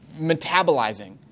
metabolizing